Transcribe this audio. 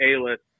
A-list